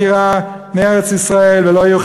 עקירה מארץ-ישראל ולא יהיו,